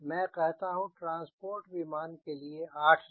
मैं कहता हूँ ट्रांसपोर्ट विमान के लिए 8 लें